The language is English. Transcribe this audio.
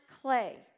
clay